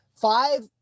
Five